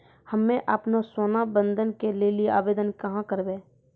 हम्मे आपनौ सोना बंधन के लेली आवेदन कहाँ करवै?